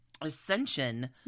ascension